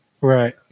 Right